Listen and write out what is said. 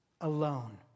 alone